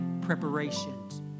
preparations